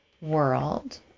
world